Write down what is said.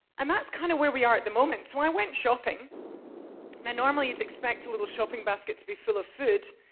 and that's kinda where we are at the moment. so, i went shopping, and normally you'd expect a little shopping basket to be full of food.